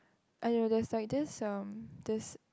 I don't know there is this like um this